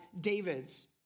David's